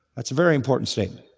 that's a very important statement.